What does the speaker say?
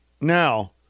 Now